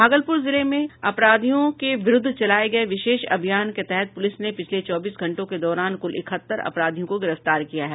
भागलपुर जिले में अपराधियों के विरुद्ध चलाये गये विशेष अभियान के तहत पुलिस ने पिछले चौबीस घंटे के दौरान कुल इकहत्तर अपराधियों को गिरफ्तार किया है